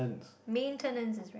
maintenance is